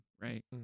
right